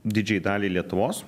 didžiajai daliai lietuvos